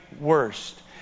worst